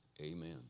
Amen